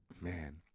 man